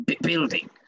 building